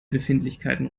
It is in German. befindlichkeiten